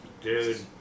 Dude